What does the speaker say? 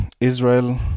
Israel